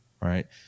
right